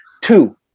Two